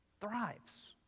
Thrives